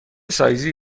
سایزی